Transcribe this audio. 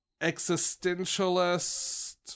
existentialist